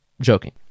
joking